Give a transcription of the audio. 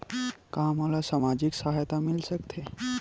का मोला सामाजिक सहायता मिल सकथे?